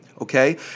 Okay